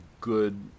good